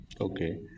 Okay